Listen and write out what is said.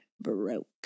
broke